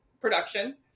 production